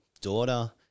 daughter